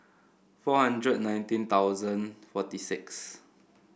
four hundred and nineteen thousand forty six